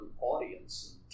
audience